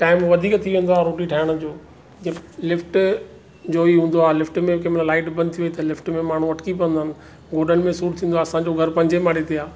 time वधीक थी वेंदो आहे रोटी ठाहिण जो लिफ्ट लिफ्ट जो ई हूंदो आहे लिफ्ट में कंहिंमहिल लाइट बंदि थी वई त लिफ्ट में माण्हू अटकी पवंदा आहिनि गोडनि में सूरु थींदो आहे असांजो घरु पंजे माड़े ते आहे